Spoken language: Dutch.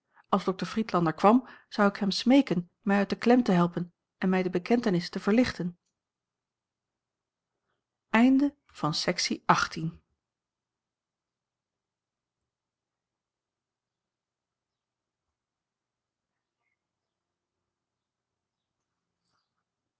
als dr friedlander kwam zou ik hem smeeken mij uit de klem te helpen en mij de bekentenis te verlichten